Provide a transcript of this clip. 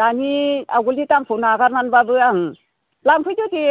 दानि आवगोलनि दामखौ नागारनानैब्लाबो आं लांफैदो दे